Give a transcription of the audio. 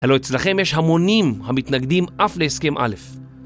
הלא אצלכם יש המונים המתנגדים אף להסכם א'